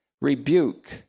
rebuke